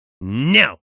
No